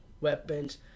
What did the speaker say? weapons